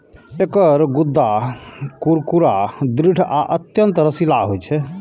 एकर गूद्दा कुरकुरा, दृढ़ आ अत्यंत रसीला होइ छै